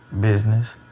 business